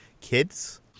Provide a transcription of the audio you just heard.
kids